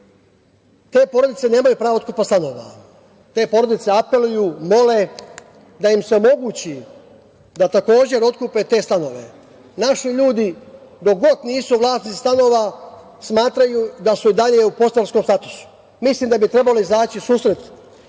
Te porodice nemaju pravo otkupa stanova. Te porodice apeluju, mole da im se omogući da takođe otkupe te stanove. Naši ljudi dok god nisu vlasnici stanova smatraju da su i dalje u podstanarskom statusu. Mislim da trebalo izaći u susret